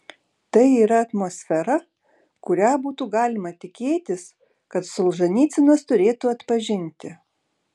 tai yra atmosfera kurią būtų galima tikėtis kad solženicynas turėtų atpažinti